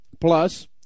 plus